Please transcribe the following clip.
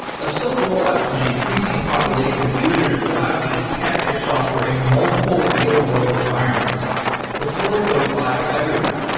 a slow rollout to an increasing population of users allows you to test your software in multiple real-world environments before it goes live to everyone.